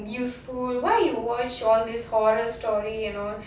useful why you watch all this horror story and all